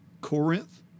Corinth